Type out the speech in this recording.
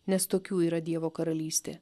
nes tokių yra dievo karalystė